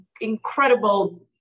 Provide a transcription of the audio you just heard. incredible